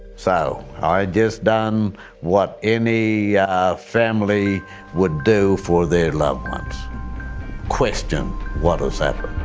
so, i just done what any yeah family would do for their loved ones question what has happened.